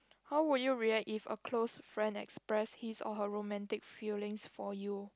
how would you react if a close friend express his or her romantic feelings for you